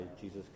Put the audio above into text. Jesus